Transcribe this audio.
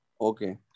Okay